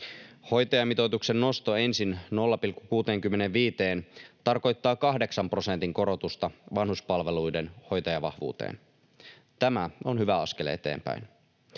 Hoitajamitoituksen nosto ensin 0,65:een tarkoittaa kahdeksan prosentin korotusta vanhuspalveluiden hoitajavahvuuteen. Tämä on hyvä askel eteenpäin.